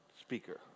speaker